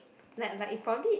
like like it probably